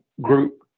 group